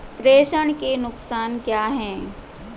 प्रेषण के नुकसान क्या हैं?